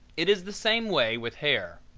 it is the same way with hair.